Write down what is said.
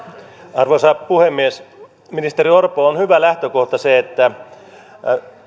arvoisa puhemies ministeri orpo on hyvä lähtökohta se että